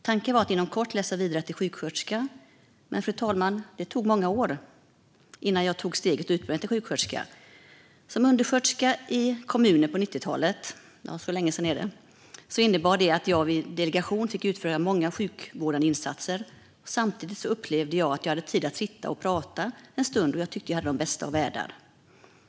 Tanken var att inom kort läsa vidare till sjuksköterska, men det tog många år, fru talman, innan jag tog steget och utbildade mig till sjuksköterska. Som undersköterska i kommunen på 90-talet - så länge sedan är det - fick jag via delegation utföra många sjukvårdande insatser. Samtidigt upplevde jag att jag hade tid att sitta och prata en stund, och jag tyckte att jag hade den bästa av världar.